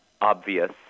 obvious